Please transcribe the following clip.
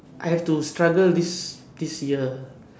I have to struggle this this year